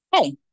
Hey